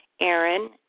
Aaron